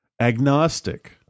Agnostic